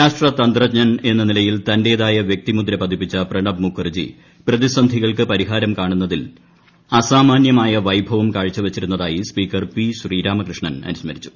രാഷ്ട്ര തന്ത്രജ്ഞൻ എന്ന നിലയിൽ തന്റെതായ വ്യക്തിമുദ്ര് പതിപ്പിച്ച പ്രണബ് മുഖർജി പ്രതിസന്ധികൾക്ക് പരിഹാരം കാണുന്നതിൽ അസാമാനൃമായ വൈഭവം കാഴ്ച വച്ചിരുന്നതായി സ്പീക്കർ പി ശ്രീരാമകൃഷ്ണൻ അനുസ്മരിച്ചു